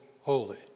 holy